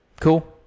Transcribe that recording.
Cool